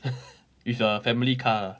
it's a family car ah